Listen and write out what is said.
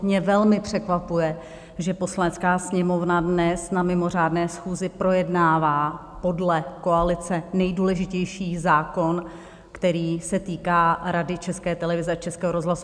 Mě velmi překvapuje, že Poslanecká sněmovna dnes na mimořádné schůzi projednává podle koalice nejdůležitější zákon, který se týká Rady České televize a Českého rozhlasu.